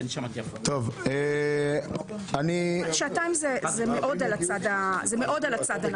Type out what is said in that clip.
הפעם זה מאוד על הצד הנמוך.